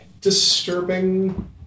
Disturbing